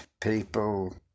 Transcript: people